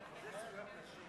גילו של אזרח ותיק),